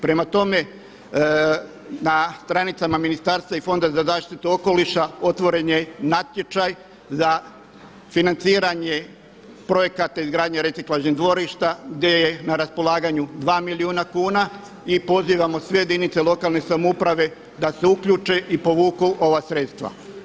Prema tome, na stranicama ministarstva i Fonda za zaštitu okoliša otvoren je natječaj za financiranje projekata izgradnje reciklažnih dvorišta gdje je na raspolaganju dva milijuna kuna i pozivamo sve jedinice lokalne samouprave da se uključe i povuku ova sredstva.